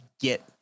get